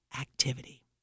activity